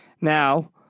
Now